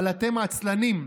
אבל אתם עצלנים,